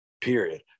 period